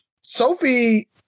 Sophie